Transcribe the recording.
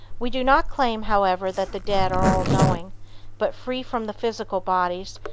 we do not claim, however, that the dead are all-knowing but free from the physical bodies,